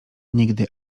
nigdy